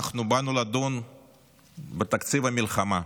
באנו לדון בתקציב המלחמה,